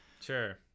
sure